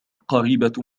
قريبة